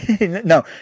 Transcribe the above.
No